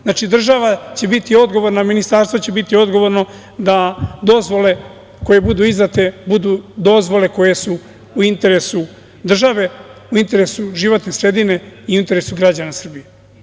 Znači, država će biti odgovorna, ministarstvo će biti odgovorno, da dozvole koje budu izdate budu dozvole koje su u interesu države, u interesu životne sredine i u interesu građana Srbije.